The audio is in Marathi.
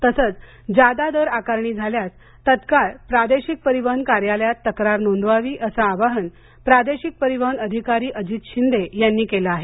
तसेच जादा दर आकारणी झाल्यास तात्काळ प्रादेशिक परिवहन कार्यालयात तक्रार नोंदवावी असं आवाहन प्रादेशिक परिवहन अधिकारी अजित शिंदे यांनी केलं आहे